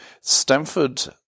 Stanford